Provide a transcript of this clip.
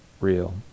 real